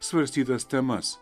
svarstytas temas